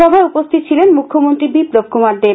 সভায় উপস্থিত ছিলেন মুখ্যমন্ত্রী বিপ্লব কুমার দেব